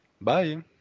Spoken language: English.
Bye